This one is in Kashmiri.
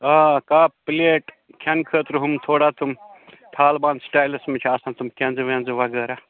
آ آ کَپ پِلیٹ کھٮ۪نہٕ خٲطرٕ ہُم تھوڑا تِم تھالہٕ بانہٕ سِٹایلَس منٛز چھِ آسان تِم کٮ۪نٛزٕ وٮ۪نٛزٕ وغیرہ